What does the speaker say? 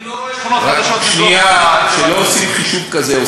אני לא רואה שכונות חדשות, לא עושים חישוב כזה.